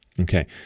Okay